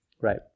right